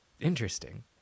Interesting